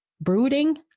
brooding